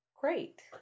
Great